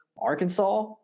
Arkansas